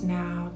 now